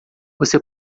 você